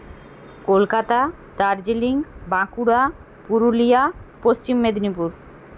Kolkata Darjeeling Bankura Purulia Paschim Medinipur